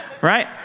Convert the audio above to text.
right